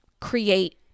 create